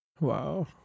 Wow